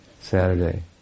Saturday